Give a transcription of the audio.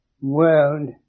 world